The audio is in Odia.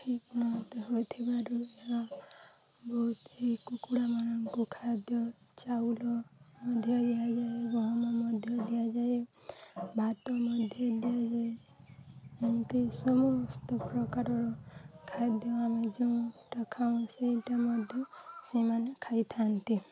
ହୋଇଥିବାରୁ ଏହା ବହୁ କୁକୁଡ଼ାମାନଙ୍କୁ ଖାଦ୍ୟ ଚାଉଳ ମଧ୍ୟ ଦିଆଯାଏ ଗହମ ମଧ୍ୟ ଦିଆଯାଏ ଭାତ ମଧ୍ୟ ଦିଆଯାଏ ଏମିତି ସମସ୍ତ ପ୍ରକାରର ଖାଦ୍ୟ ଆମେ ଯେଉଁଟା ଖାଉଁ ସେଇଟା ମଧ୍ୟ ସେଇମାନେ ଖାଇଥାନ୍ତି